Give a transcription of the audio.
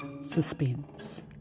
Suspense